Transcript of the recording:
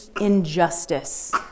injustice